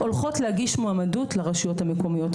הולכות להגיש מועמדות לרשויות המקומיות.